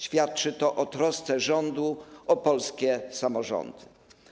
Świadczy to o trosce rządu o polskie samorządy.